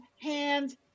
hands